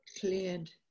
cleared